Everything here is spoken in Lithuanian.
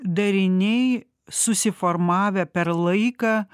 dariniai susiformavę per laiką